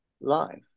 life